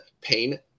pain